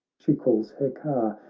she calls her car,